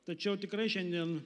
tačiau tikrai šiandien